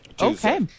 Okay